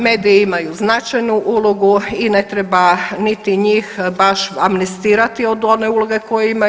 Mediji imaju značajnu ulogu i ne treba niti njih baš amnestirati od one uloge koju imaju.